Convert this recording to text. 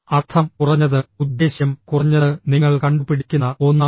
അർത്ഥം കുറഞ്ഞത് ഉദ്ദേശ്യം കുറഞ്ഞത് നിങ്ങൾ കണ്ടുപിടിക്കുന്ന ഒന്നാണ്